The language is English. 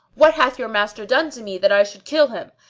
what hath your master done to me that i should kill him?